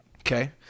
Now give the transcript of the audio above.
okay